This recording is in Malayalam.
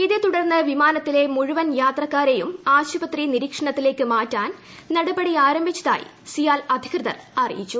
ഇതേതുടർന്ന് വിമാനത്തിലെ മുഴുവൻ യാത്രക്കാരെയും ആശുപത്രി നിരീക്ഷണത്തിലേക്ക് മാറ്റാൻ നടപടി ആരംഭിച്ചതായി സിയാൽ അധികൃതർ അറിയിച്ചു